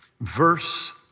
verse